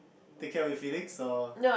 take care of your feelings or